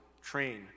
train